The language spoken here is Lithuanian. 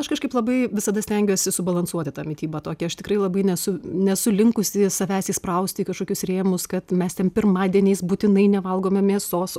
aš kažkaip labai visada stengiuosi subalansuoti mitybą tokį aš tikrai labai nesu nesu linkusi savęs įsprausti į kažkokius rėmus kad mes ten pirmadieniais būtinai nevalgome mėsos